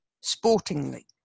sportingly